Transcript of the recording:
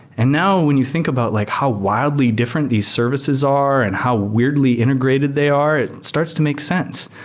and now when you think about like how wildly different these services are and how weirdly integrated they are, it starts to make sense.